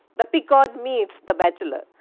the pequod meets the bachelor,